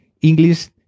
English